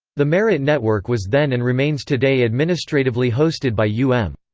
the merit network was then and remains today administratively hosted by u m.